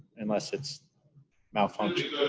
unless it's malfunctioning.